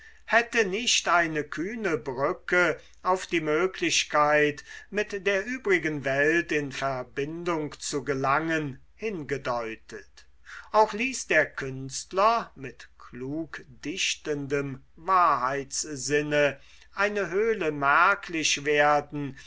hätte nicht eine kühne brücke auf die möglichkeit mit der übrigen welt in verbindung zu gelangen hingedeutet auch ließ der künstler mit klugdichtendem wahrheitssinne eine höhle merklich werden